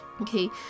okay